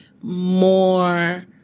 more